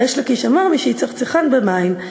ריש לקיש אמר: "משיצחצחן במים".